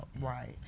right